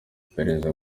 iperereza